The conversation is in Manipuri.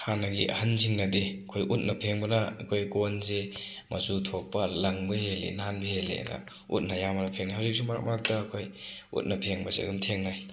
ꯍꯥꯟꯅꯒꯤ ꯑꯍꯜꯁꯤꯡꯅꯗꯤ ꯑꯩꯈꯣꯏ ꯎꯠꯅ ꯐꯦꯡꯕꯅ ꯑꯩꯈꯣꯏ ꯀꯣꯟꯁꯦ ꯃꯆꯨ ꯊꯣꯛꯄ ꯂꯪꯕ ꯍꯦꯜꯂꯦ ꯅꯥꯟꯕ ꯍꯦꯜꯂꯦꯅ ꯎꯠꯅ ꯑꯌꯥꯝꯕꯅ ꯐꯦꯡꯉꯦ ꯍꯧꯖꯤꯛꯁꯨ ꯃꯔꯛ ꯃꯔꯛꯇ ꯑꯩꯈꯣꯏ ꯎꯠꯅ ꯐꯦꯡꯕꯁꯦ ꯑꯗꯨꯝ ꯊꯦꯡꯅꯩ